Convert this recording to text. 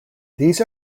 these